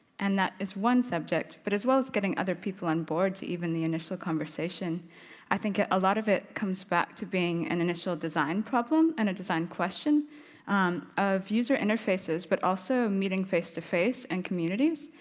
and that is one subject. but as well as getting other people on board, to even the initial conversation i think a lot of it comes back to being an initial design problem and a design question of user interfaces but also meeting face to face and communities.